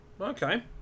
Okay